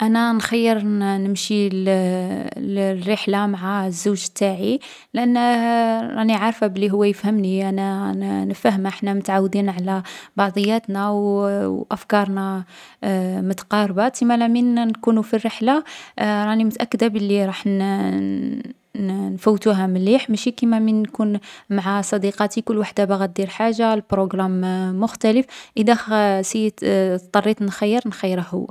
أنا نخيّر نمشي للرحلة مع الزوج نتاعي لأنه راني عارفة بلي هو يفهمني، أنا نفهمه، حنا متعودين على بعضياتنا، و أفكارنا متقاربة. تسمالا من نكونو في الرحلة، راني متأكدة بلي راح نـ نفوتوها مليح ماشي كيما من نكون مع صحاباتي كل وحدة باغا دير حاجة، البروغرام مختلف. إذا اضطريت نخيّر نخيّره هو.